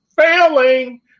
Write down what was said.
failing